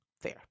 fair